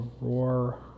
roar